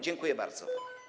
Dziękuję bardzo.